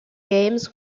games